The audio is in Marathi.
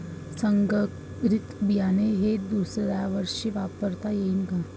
संकरीत बियाणे हे दुसऱ्यावर्षी वापरता येईन का?